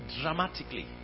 dramatically